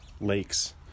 lakes